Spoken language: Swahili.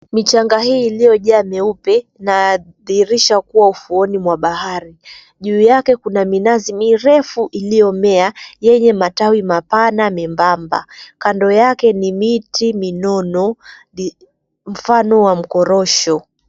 Michanga hii iliyojaa meupe inadhihirisha kuwa ufuoni wa bahari, juu yake kuna minazi mirefu iliyomea yenye matawi mapana miembamba, kando yake ni miti minono mfano wa mkorosho.